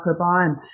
microbiome